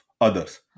others